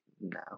no